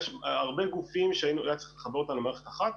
יש הרבה גופים שהיינו צריכים לחבר אותם למערכת אחת.